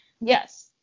Yes